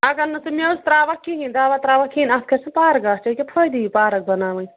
اگر نہٕ ژٕ میٚژ ترٛاوکھ کِہیٖنۍ دَوا ترٛاوکھ کِہیٖنۍ اَتھ کھسہِ سُہ پَر گاسہٕ تیٚلہِ کیٛاہ فٲیدٕ یہِ پارَک بَناوٕنۍ